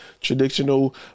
traditional